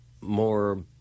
more